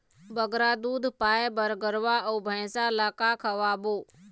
बगरा दूध पाए बर गरवा अऊ भैंसा ला का खवाबो?